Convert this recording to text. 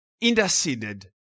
interceded